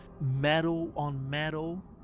metal-on-metal